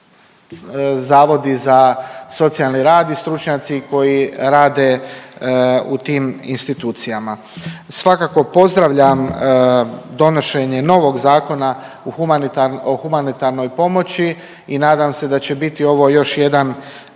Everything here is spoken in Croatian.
zavodi za socijalni rad i stručnjaci koji rade u tim institucijama. Svakako pozdravljam donošenje novog Zakona o humanitarnoj pomoći i nadam se da će biti ovo još jedan